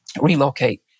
relocate